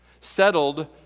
Settled